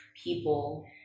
people